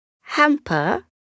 Hamper